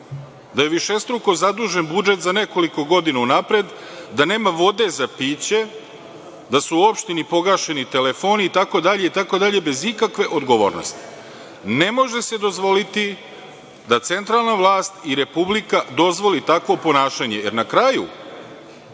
da je višestruko zadužen budžet za nekoliko godina unapred, da nema vode za piće, da su u opštini pogašeni telefoni, itd, itd, bez ikakve odgovornosti. Ne može se dozvoliti da centralna vlast i Republika dozvoli takvo ponašanje, jer na kraju